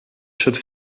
szedł